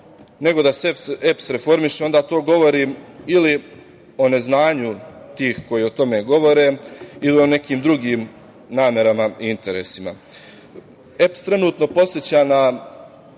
nego da se EPS reformiše, onda to govori ili o neznanju tih koji o tome govore ili o nekim drugim namerama i interesima. Elektroprivreda